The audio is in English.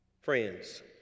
Friends